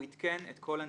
הוא עדכן את כל הנשיאים.